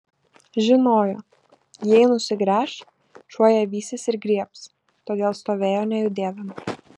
žinojo jei nusigręš šuo ją vysis ir griebs todėl stovėjo nejudėdama